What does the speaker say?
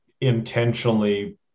intentionally